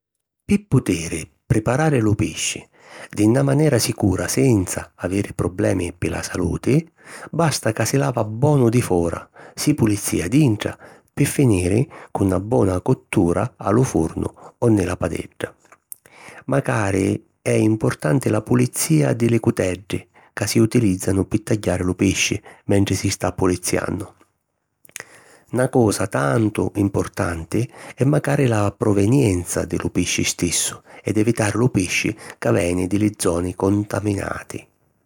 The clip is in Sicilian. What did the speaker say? Pi putiri priparari lu pisci di na manera sicura senza aviri problemi pi la saluti, basta ca si lava bonu di fora, si pulizìa dintra, pi finiri cu na bona cottura a lu furnu o nni la padedda. Macari è importanti la pulizìa di li cuteddi ca si utilìzzanu pi tagghiari lu pisci mentri si sta puliziannu. Na cosa tantu importanti è macari la provenienza di lu pisci stissu ed evitari lu pisci ca veni di li zoni contaminati.